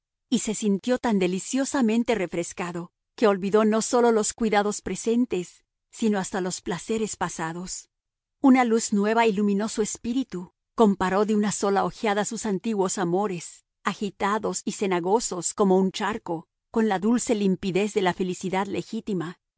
y se sintió tan deliciosamente refrescado que olvidó no sólo los cuidados presentes sino hasta los placeres pasados una luz nueva iluminó su espíritu comparó de una sola ojeada sus antiguos amores agitados y cenagosos como un charco con la dulce limpidez de la felicidad legítima